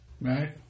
Right